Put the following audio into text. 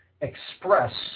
express